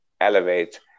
elevate